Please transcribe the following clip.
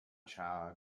cha